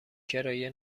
کرایه